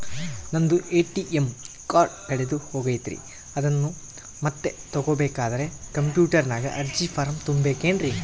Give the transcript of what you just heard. ನಂದು ATM card ಕಳೆದು ಹೋಗೈತ್ರಿ ಅದನ್ನು ಮತ್ತೆ ತಗೋಬೇಕಾದರೆ ಕಂಪ್ಯೂಟರ್ ನಾಗ ಅರ್ಜಿ ಫಾರಂ ತುಂಬಬೇಕನ್ರಿ?